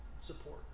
support